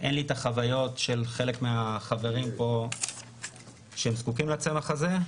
אין לי את החוויות של חלק מהחברים פה שזקוקים לצמח הזה.